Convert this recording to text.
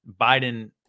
Biden